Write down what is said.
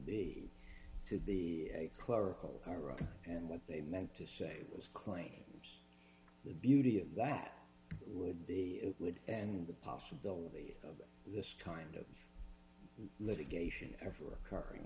the two the clerical error and what they meant to say was claims the beauty of that would be it would and the possibility of this kind of litigation ever occurring